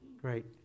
great